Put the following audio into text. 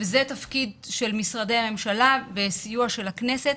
וזה תפקיד משרדי הממשלה בסיוע של הכנסת,